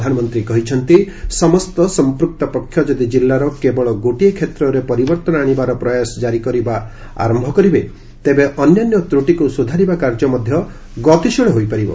ପ୍ରଧାନମନ୍ତ୍ରୀ କହିଛନ୍ତି ସମସ୍ତ ସମ୍ପୂକ୍ତ ପକ୍ଷ ଯଦି ଜିଲ୍ଲାର କେବଳ ଗୋଟିଏ କ୍ଷେତ୍ରରେ ପରିବର୍ଭନ ଆଣିବାର ପ୍ରୟାସ ଜାରୀ କରିବା ଆରମ୍ଭ କରିବେ ତେବେ ଅନ୍ୟାନ୍ୟ ତ୍ରଟିକୁ ସୁଧାରିବା କାର୍ଯ୍ୟ ମଧ୍ୟ ଗତିଶୀଳ ହୋଇପାରିବ